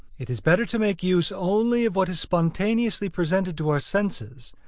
it is better to make use only of what is spontaneously presented to our senses,